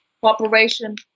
cooperation